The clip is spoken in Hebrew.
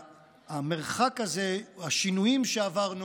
והמרחק הזה, או השינויים שעברנו,